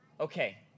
Okay